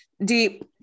Deep